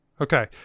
Okay